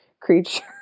creature